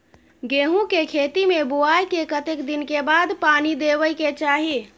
गेहूँ के खेती मे बुआई के कतेक दिन के बाद पानी देबै के चाही?